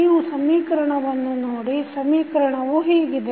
ನೀವು ಸಮೀಕರಣವನ್ನು ನೋಡಿ ಸಮೀಕರಣವು ಹೀಗಿದೆ